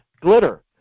glitter